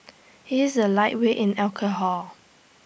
he is A lightweight in alcohol